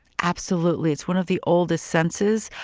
absolutely. it's one of the oldest senses,